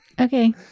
Okay